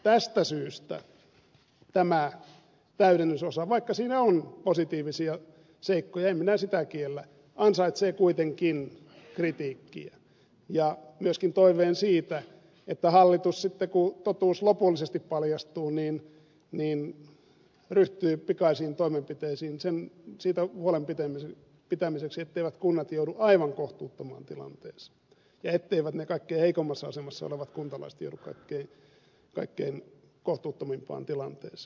tästä syystä tämä täydennysosa vaikka siinä on positiivisia seikkoja en minä sitä kiellä ansaitsee kuitenkin kritiikkiä ja myöskin toiveen siitä että hallitus sitten kun totuus lopullisesti paljastuu ryhtyy pikaisiin toimenpiteisiin pitääkseen huolen siitä etteivät kunnat joudu aivan kohtuuttomaan tilanteeseen ja etteivät ne kaikkein heikoimmassa asemassa olevat kuntalaiset joudu kaikkein kohtuuttomimpaan tilanteeseen